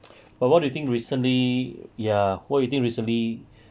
but what do you think recently ya why you think recently